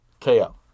KO